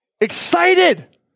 Excited